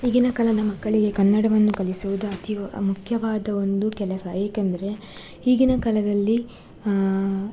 ಈಗಿನ ಕಾಲದ ಮಕ್ಕಳಿಗೆ ಕನ್ನಡವನ್ನು ಕಲಿಸುವುದು ಅತೀ ವ ಮುಖ್ಯವಾದ ಒಂದು ಕೆಲಸ ಏಕೆಂದರೆ ಈಗಿನ ಕಾಲದಲ್ಲಿ